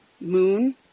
moon